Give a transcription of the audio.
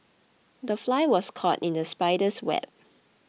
the fly was caught in the spider's web